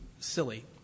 Silly